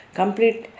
complete